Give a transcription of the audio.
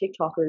TikTokers